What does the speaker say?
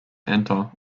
enter